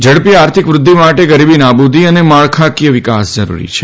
ઝડપી આર્થિક વૃદ્વિ માટે ગરીબી નાબૂદી અને માળખાંકીય વિકાસ જરૂરી છે